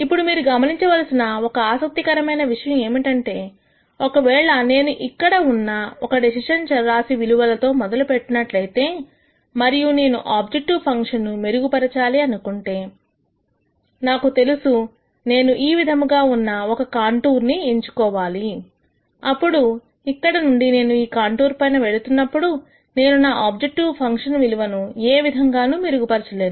ఇప్పుడు మీరు గమనించవలసిన ఒక ఆసక్తికరమైన విషయం ఏమిటంటే ఒకవేళ నేను ఇక్కడ ఉన్న ఒక డెసిషన్ చర రాశి విలువలతో మొదలు పెట్టినట్లయితే మరియు నేను ఆబ్జెక్టివ్ ఫంక్షన్ ను మెరుగుపరచాలి అనుకుంటే నాకు తెలుసు నేను ఈ విధముగా ఉన్న ఒక కాంటూర్ అని ఎంచుకోవాలి అప్పుడు ఇక్కడ నుండి నేను ఈ కాంటూర్ పైన వెళుతున్నప్పుడు నేను నా ఆబ్జెక్టివ్ ఫంక్షన్ విలువ ను ఏ విధంగానూ మెరుగుపరచలేను